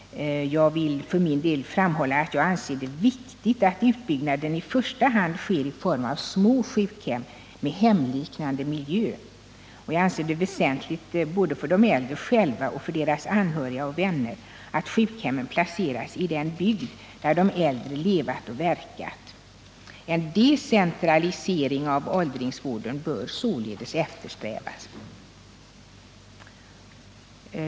Jag vill för min del framhålla att jag anser att det är viktigt att utbyggnaden i första hand sker i form av små sjukhem med hemliknande miljö. Jag anser det väsentligt både för de äldre själva och för deras anhöriga och vänner att sjukhemmen placeras i den bygd där de äldre levat och verkat. En decentralisering av långvården bör således eftersträvas.